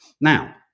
Now